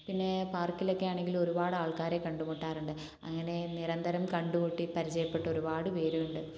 പിന്നെ പാർക്കിൽ ഒക്കെ ആണെങ്കിൽ ഒരുപാട് ആൾക്കാരെ കണ്ടുമുട്ടാറുണ്ട് അങ്ങനെ നിരന്തരം കണ്ടുമുട്ടി പരിചയപ്പെട്ട ഒരുപാട് പേരുണ്ട്